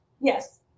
yes